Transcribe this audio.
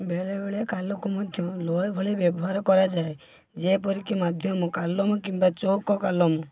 ବେଳେବେଳେ କାଲକୁ ମଧ୍ୟ ଲୟ ଭଳି ବ୍ୟବହାର କରାଯାଏ ଯେପରିକି ମାଧ୍ୟମ କାଲମ କିମ୍ବା ଚୌକ କାଲମ